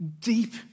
deep